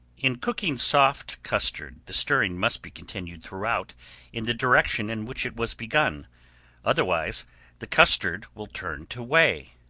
in cooking soft custard, the stirring must be continued throughout in the direction in which it was begun otherwise the custard will turn to whey.